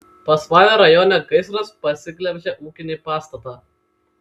pasvalio rajone gaisras pasiglemžė ūkinį pastatą